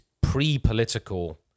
pre-political